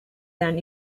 than